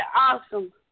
awesome